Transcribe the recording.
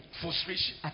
frustration